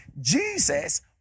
Jesus